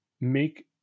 make